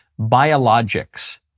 Biologics